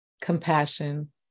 compassion